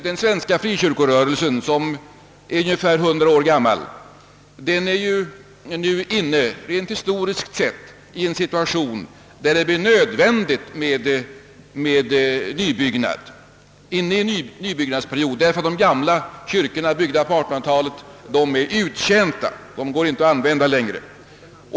Den svenska frikyrkorörelsen, som är ungefär 100 år gammal, är rent historiskt sett inne i en situation, i vilken det blir nödvändigt med en nybyggnadsperiod, därför att de gamla kyrkor som byggdes på 1800-talet är uttjänta och inte går att använda.